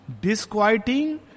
disquieting